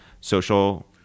social